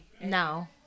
No